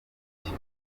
iki